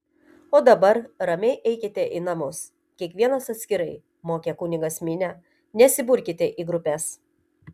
o dabar ramiai eikite į namus kiekvienas atskirai mokė kunigas minią nesiburkite į grupes